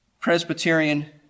Presbyterian